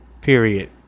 period